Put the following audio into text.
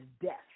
death